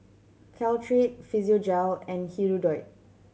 Caltrate Physiogel and Hirudoid